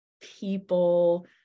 people